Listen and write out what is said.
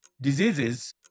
diseases